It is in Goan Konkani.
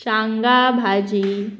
शांगा भाजी